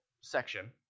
section